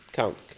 count